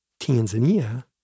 Tanzania